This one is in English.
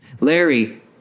Larry